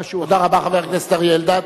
תודה רבה לחבר הכנסת אריה אלדד.